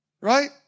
Right